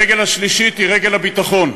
הרגל השלישית היא רגל הביטחון.